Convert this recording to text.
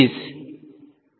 વિદ્યાર્થી as